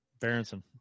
Berenson